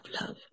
love